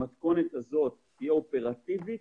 המתכונת הזו תהיה אופרטיבית